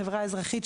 חברה אזרחית,